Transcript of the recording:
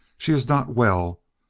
she is not well.